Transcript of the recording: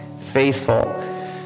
Faithful